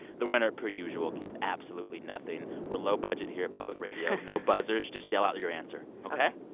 the winner, per usual, gets absolutely nothing. we're low budget here at public radio. no buzzers. just yell out your answer, ok?